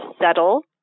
settle